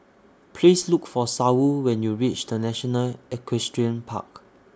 Please Look For Saul when YOU REACH The National Equestrian Park